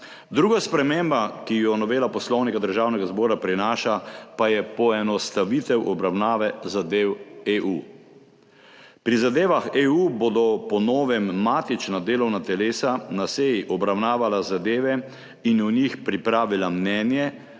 Druga sprememba, ki jo novela Poslovnika Državnega zbora prinaša, pa je poenostavitev obravnave zadev EU. Pri zadevah EU bodo po novem matična delovna telesa na seji obravnavala zadeve in o njih pripravila mnenje